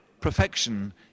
Perfection